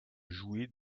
jouer